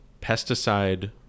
pesticide